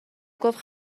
گفت